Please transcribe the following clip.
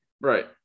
Right